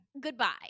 Goodbye